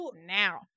now